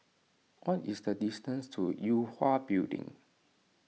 what is the distance to Yue Hwa Building